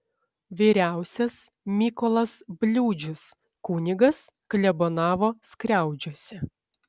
vyriausias mykolas bliūdžius kunigas klebonavo skriaudžiuose